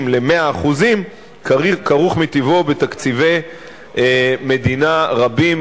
ל-100% כרוך מטבעו בתקציבי מדינה רבים,